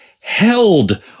held